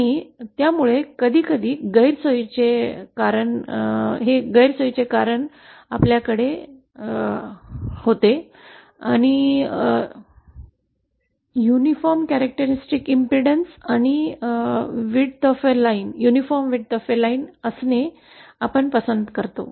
आणि यामुळे कधीकधी गैरसोयीचे होते कारण आपल्याकडे एकसमान वैशिष्ट्यपूर्ण प्रतिबाधा असणे आणि त्याचबरोबर एकसारखे असणे देखील पसंत आहे